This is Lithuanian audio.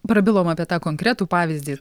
prabilom apie tą konkretų pavyzdį ir